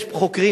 יש חוקרים,